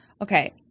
Okay